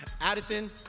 Addison